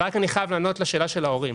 אני חייב לענות לשאלה של ההורים: